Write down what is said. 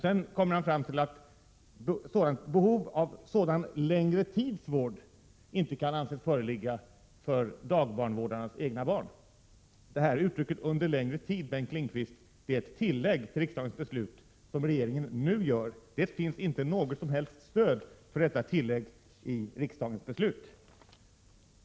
Sedan kommer han fram till att ”behov av sådan längre tids vård” inte kan anses föreligga för dagbarnvårdarnas egna barn. Uttrycket ”under längre tid” är ett tillägg till riksdagens beslut, Bengt Lindqvist, som regeringen nu gör. Det finns inte något som helst stöd för detta tillägg i riksdagens beslut.